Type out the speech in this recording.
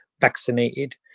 vaccinated